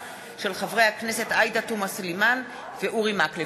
חברי הכנסת עאידה תומא סלימאן ואורי מקלב